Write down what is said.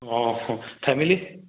অঁ ফেমিলি